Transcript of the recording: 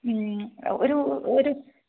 ഒരു ഒരു